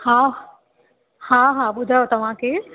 हा हा हा ॿुधायो तव्हां केर